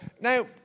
now